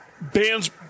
bands